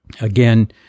again